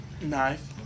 Knife